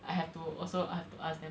I have to also I have to ask them